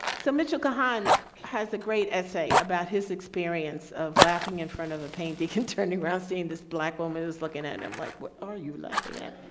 so mitchell kahan has a great essay about his experience of laughing in front of a painting, he and turned around seeing this black woman was looking at him like, what are you laughing at?